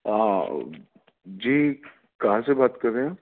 ہاں جی کہاں سے بات کر رہے ہیں